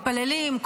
מתפללים,